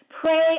Pray